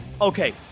Okay